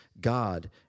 God